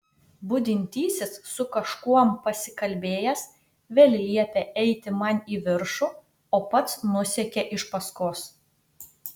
budintysis su kažkuom pasikalbėjęs vėl liepė eiti man į viršų o pats nusekė iš paskos